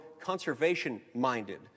conservation-minded